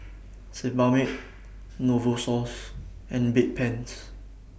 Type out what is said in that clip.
Sebamed Novosource and Bedpans